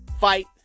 fight